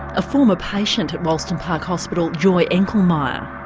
a former patient at wolston park hospital, joy enchelmaier,